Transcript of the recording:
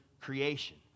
creation